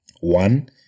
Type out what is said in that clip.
One